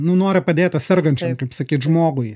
nu nori padėti sergančiam kaip sakyt žmogui